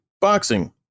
Boxing